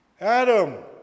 Adam